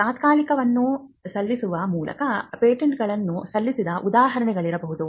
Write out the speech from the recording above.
ತಾತ್ಕಾಲಿಕವನ್ನು ಸಲ್ಲಿಸುವ ಮೂಲಕ ಪೇಟೆಂಟ್ಗಳನ್ನು ಸಲ್ಲಿಸಿದ ಉದಾಹರಣೆಗಳಿರಬಹುದು